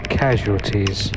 casualties